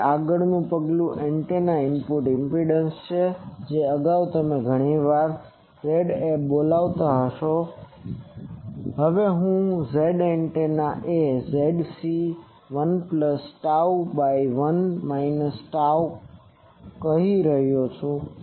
તેથી આગળનું પગલું એંટેનાનો ઇનપુટ ઈમ્પીડંસ છે જે અગાઉ તમે ઘણી વાર Za બોલાવતા હો હવે હું Zantenna એ Zc 1 plus tau by 1 minus tau કહી રહ્યો છું